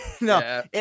No